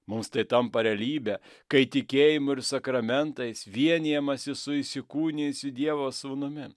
mums tai tampa realybe kai tikėjimu ir sakramentais vienijamasi su įsikūnijusiu dievo sūnumi